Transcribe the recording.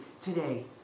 today